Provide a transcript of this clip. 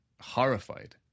horrified